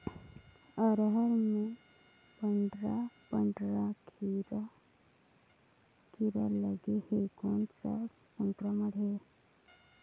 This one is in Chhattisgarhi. अरहर मे पंडरा पंडरा कीरा लगे हे कौन सा संक्रमण हे?